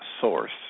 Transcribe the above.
Source